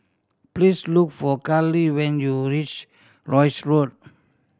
please look for Karlie when you reach Rosyth Road